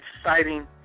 exciting